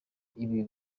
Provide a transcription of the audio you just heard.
ibi